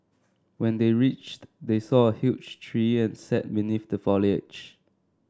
when they reached they saw a huge tree and sat beneath the foliage